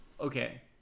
Okay